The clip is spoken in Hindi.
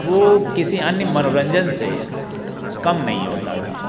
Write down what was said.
वो किसी अन्य मनोरंजन से कम नहीं होता था